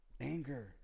anger